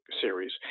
series